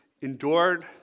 endured